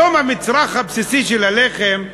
היום המצרך הבסיסי של הלחם,